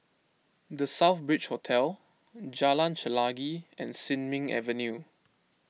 the Southbridge Hotel Jalan Chelagi and Sin Ming Avenue